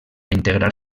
integrar